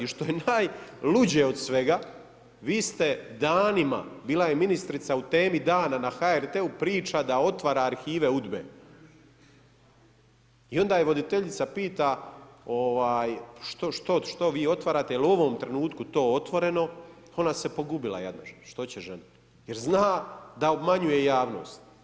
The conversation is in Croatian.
I što je najluđe od svega vi ste danima, bila je ministrica u Temi dana na HRT-u priča da otvara arhive UDBA-e i onda je voditeljica pita što vi otvarate jelu ovom trenutku to otvoreno, ona se pogubila jadna što će žena jer zna da obmanjuje javnost.